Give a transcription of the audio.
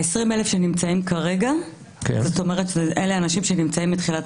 ה-20,000 שנמצאים כרגע, אלה אנשים שנמצאים מתחילת